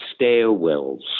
stairwells